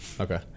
Okay